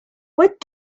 what